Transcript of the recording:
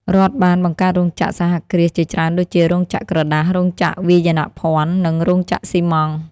រដ្ឋបានបង្កើតរោងចក្រសហគ្រាសជាច្រើនដូចជា រោងចក្រក្រដាស រោងចក្រវាយនភណ្ឌ និងរោងចក្រស៊ីម៉ងត៍។